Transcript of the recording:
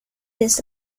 this